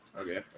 okay